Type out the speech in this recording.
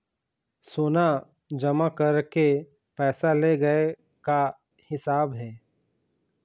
सोना जमा करके पैसा ले गए का हिसाब हे?